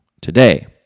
today